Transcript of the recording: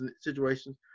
situations